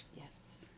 Yes